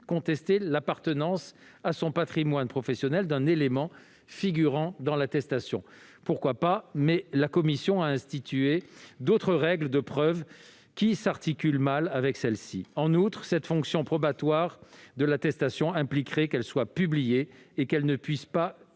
contester l'appartenance à son patrimoine professionnel d'un élément figurant dans l'attestation ? Pourquoi pas, mais la commission a institué d'autres règles de preuve qui s'articulent mal avec celle-ci. En outre, cette fonction probatoire de l'attestation impliquerait qu'elle soit publiée et qu'elle ne puisse pas